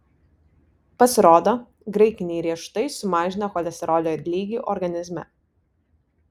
pasirodo graikiniai riešutai sumažina cholesterolio lygį organizme